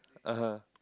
(uh huh)